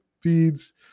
feeds